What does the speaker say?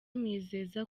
amwizeza